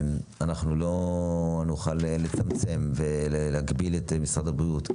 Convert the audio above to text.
לא נוכל לצמצם ולהגביל את משרד הבריאות.